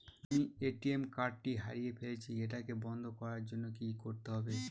আমি ATM card টি হারিয়ে ফেলেছি এটাকে বন্ধ করার জন্য কি করতে হবে?